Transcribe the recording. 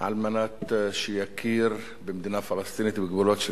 על מנת שיכיר במדינה פלסטינית ובגבולות של